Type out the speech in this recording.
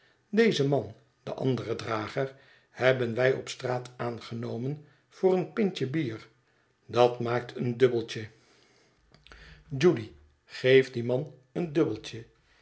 dezen man den anderen drager hebben wij op straat aangenomen voor een pintje bier dat maakt een dubbeltje judy geef dien man een dubbeltje